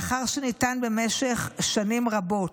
לאחר שניתן במשך שנים רבות.